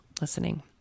listening